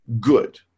good